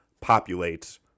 populate